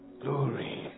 glory